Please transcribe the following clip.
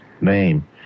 name